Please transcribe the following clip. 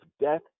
death